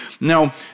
Now